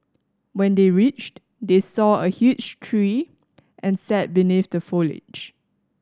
when they reached they saw a huge tree and sat beneath the foliage